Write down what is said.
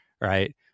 right